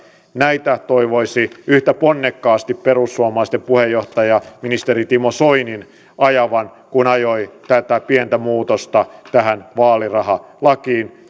näitä toivoisi yhtä ponnekkaasti perussuomalaisten puheenjohtajan ministeri timo soinin ajavan kuin ajoi tätä pientä muutosta tähän vaalirahalakiin